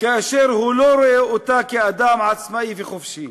כאשר הוא לא רואה אותה כאדם עצמאי וחופשי.